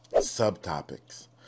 subtopics